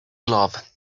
glove